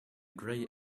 grey